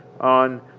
on